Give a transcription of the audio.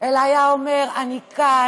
אלא היה אומר: אני כאן,